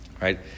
right